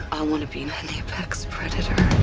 i wanna be an and apex predator.